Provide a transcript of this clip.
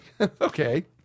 Okay